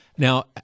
Now